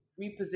reposition